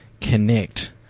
connect